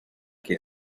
que